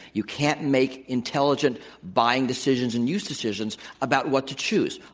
you can't make intelligent buying decisions and use decisions about what to choose.